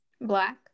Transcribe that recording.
Black